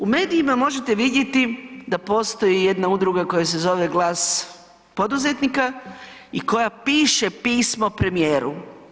U medijima možete vidjeti da postoji jedna udruga koja se zove Glas poduzetnika i koja piše pismo premijeru.